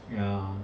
ya